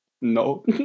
No